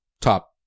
top